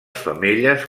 femelles